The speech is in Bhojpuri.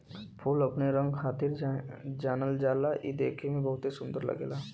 फूल अपने रंग खातिर जानल जाला इ देखे में बहुते सुंदर लगला